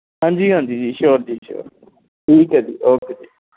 ਹਾਂਜੀ ਹਾਂਜੀ ਜੀ ਸ਼ੋਅਰ ਜੀ ਸ਼ੋਅਰ ਠੀਕ ਹੈ ਜੀ ਓਕੇ ਜੀ